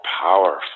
powerful